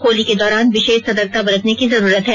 होली के दौरान विशेष सर्तकता बरतने की जरूरत है